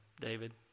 David